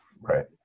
Right